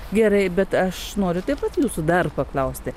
gerai bet aš noriu taip pat jūsų dar paklausti